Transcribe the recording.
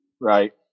right